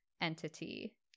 entity